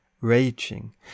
Raging